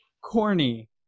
corny